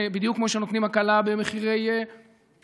בדיוק כמו שנותנים הקלה במחירי קרקע.